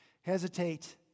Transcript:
Hesitate